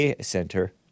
Center